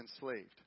Enslaved